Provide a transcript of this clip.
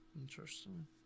Interesting